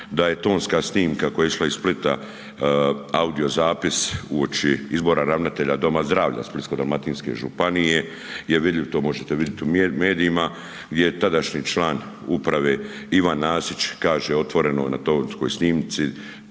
da je tonska snimka koja je išla iz Splita audio zapis uoči izbora ravnatelja doma zdravlja Splitsko-dalmatinske županije je vidljiv, to možete vidjet u medijima, gdje je tadašnji član uprave Ivan Nasić kaže otvoreno na tonskoj snimci,